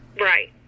right